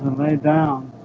lay down